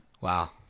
wow